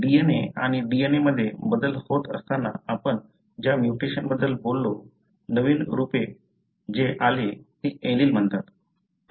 DNA आणि DNA मध्ये बदल होत असताना आपण ज्या म्युटेशनबद्दल बोललो नवीन रूपे जे आले ते एलील म्हणतात